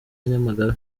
nyamagabe